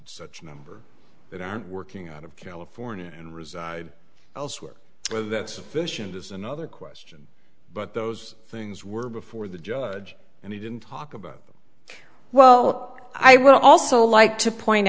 such number that aren't working out of california and reside elsewhere whether that's sufficient is another question but those things were before the judge and he didn't talk about them well i would also like to point